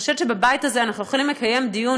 אני חושבת שבבית הזה אנחנו יכולים לקיים דיון,